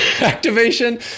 activation